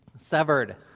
severed